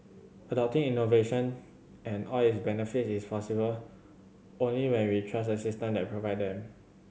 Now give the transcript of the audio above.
adopting innovation and all its benefits is possible only when we trust the system that provide them